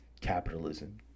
capitalism